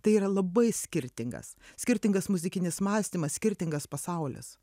tai yra labai skirtingas skirtingas muzikinis mąstymas skirtingas pasaulis